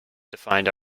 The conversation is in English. define